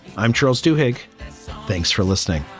i'm charles duhigg. thanks for listening